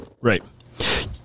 Right